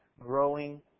growing